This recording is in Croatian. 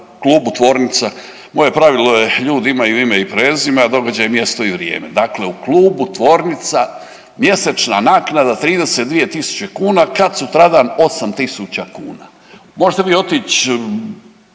klubu Tvornica, moje pravilo je ljudi imaju ime i prezime, a događaj mjesto i vrijeme, dakle u klubu Tvornica mjesečna naknada 32.000 kuna kad sutradan 8.000 kuna. Možete vi otić